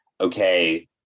okay